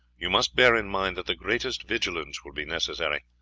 you must bear in mind that the greatest vigilance will be necessary.